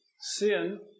Sin